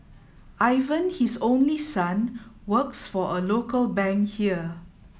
Ivan his only son works for a local bank here